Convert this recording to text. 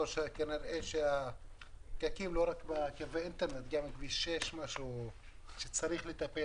כנראה שהפקקים הם לא רק בקווי אינטרנט אלא גם בכביש 6 שצריך לטפל